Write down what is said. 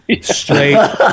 straight